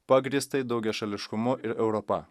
pagrįstai daugiašališkumu ir europa